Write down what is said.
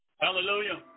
Hallelujah